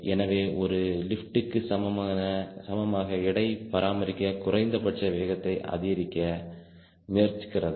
எனவே இது லிப்ட்க்கு சமமாக எடையை பராமரிக்க குறைந்தபட்ச வேகத்தை அதிகரிக்க முயற்சிக்கிறது